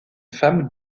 femmes